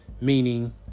meaning